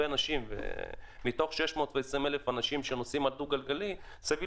מתוך 620,000 שנוסעים על דו-גלגלי סביר